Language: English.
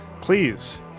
Please